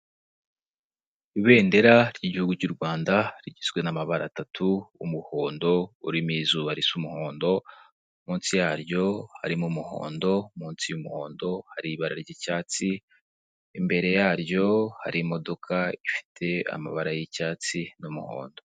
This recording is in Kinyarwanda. Ibendera ry'igihugu cy'u rwanda rigizwe n'amabara atatu umuhondo urimo izuba risa umuhondo munsi yaryo harimo umuhondo munsi y'umuhondo hari ibara ry'icyatsi imbere yaryo hari imodoka ifite amabara y'icyatsi n'umuhondo.